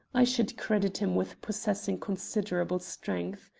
i should credit him with possessing considerable strength.